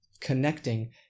connecting